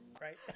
right